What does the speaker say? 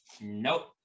Nope